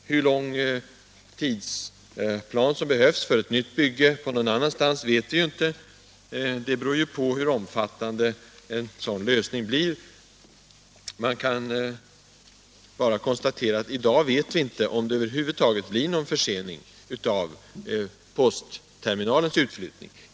Hur lång tid som behövs för ett nytt bygge någon annanstans vet vi inte heller; det beror på hur omfattande en sådan lösning blir. Vi kan bara konstatera, att vi i dag inte vet om det över huvud taget blir någon försening av postterminalens utflyttning.